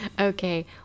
okay